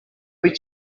wyt